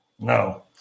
No